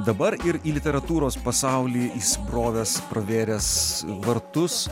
dabar ir į literatūros pasaulį įsibrovęs pravėręs vartus